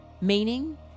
meaning